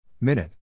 Minute